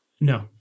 No